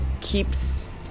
keeps